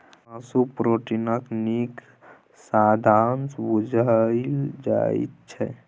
मासु प्रोटीनक नीक साधंश बुझल जाइ छै